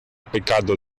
pecado